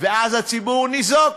ואז הציבור ניזוק.